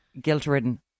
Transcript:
guilt-ridden